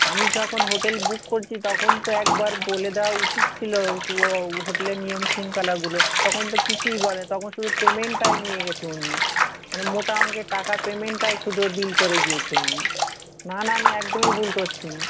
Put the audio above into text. আমি যখন hotel book করছি তখন তো একবার বলে দেওয়া উচিত ছিল শুভবাবু হোটেলের নিয়ম শৃঙ্খলাগুলো তখন তো কিছুই বলেনি তখন শুধু পেমেন্টটাই নিয়ে গেছে উনি মানে মোটা অঙ্কের টাকা পেমেন্টটাই শুধু বিল করে গিয়েছে উনি না না আমি একদমই ভুল করছি না